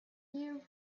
year